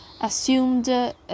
assumed